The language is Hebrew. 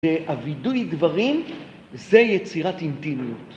והווידוי דברים זה יצירת אינטימיות.